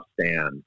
stand